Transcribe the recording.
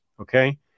okay